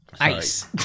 ice